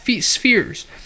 spheres